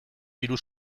diru